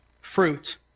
fruit